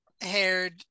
haired